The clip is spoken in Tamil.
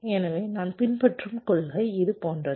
எனவே நான் பின்பற்றும் கொள்கை இது போன்றது